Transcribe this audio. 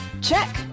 Check